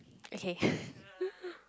okay